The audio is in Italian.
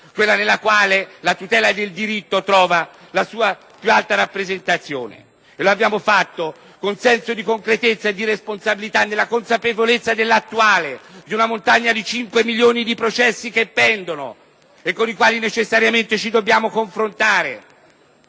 quella nella quale la tutela del diritto trova la sua più alta rappresentazione. Abbiamo operato con senso di concretezza e di responsabilità, nella consapevolezza dello stato attuale, di una montagna di cinque milioni di processi che pendono e con i quali necessariamente ci dobbiamo confrontare.